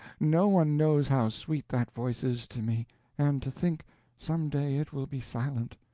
no one knows how sweet that voice is to me and to think some day it will be silent!